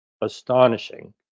astonishing